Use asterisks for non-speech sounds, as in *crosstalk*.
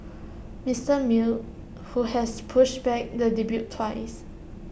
Mister *unintelligible* who has pushed back the debut twice